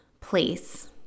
place